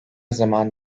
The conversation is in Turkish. zaman